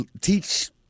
teach –